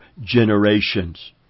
generations